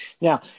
Now